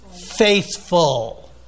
faithful